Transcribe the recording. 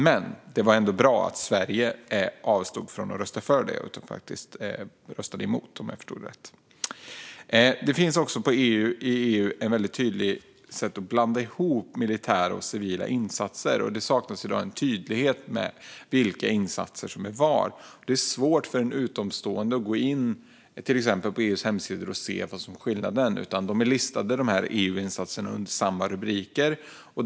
Det var i alla fall bra att Sverige avstod från att rösta för detta. Om jag förstod det rätt röstade Sverige emot. Det finns i EU också en klar tendens att blanda ihop militära och civila insatser. Det saknas i dag en tydlighet om vilka insatser som är vad. Det är svårt för en utomstående att till exempel gå in på EU:s hemsidor och se vad som är skillnaden eftersom de här EU-insatserna är listade under samma rubriker.